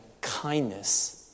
kindness